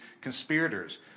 conspirators